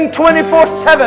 24-7